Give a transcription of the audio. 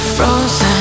Frozen